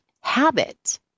habit